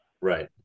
Right